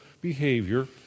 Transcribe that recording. behavior